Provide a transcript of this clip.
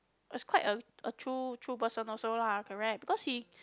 is quite a a true true person loh so lah can right because he